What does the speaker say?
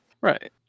Right